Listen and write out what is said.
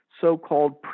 so-called